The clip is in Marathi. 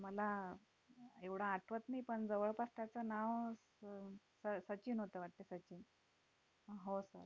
मला एवढं आठवत नाही पण जवळपास त्याचं नाव स स सचिन होतं वाटते सचिन हो सर